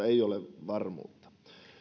ei ole varmuutta